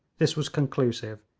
this was conclusive.